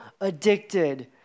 addicted